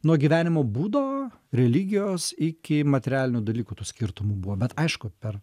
nuo gyvenimo būdo religijos iki materialinių dalykų tų skirtumų buvo bet aišku per